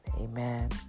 Amen